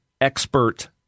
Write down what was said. expert